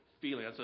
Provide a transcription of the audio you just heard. feeling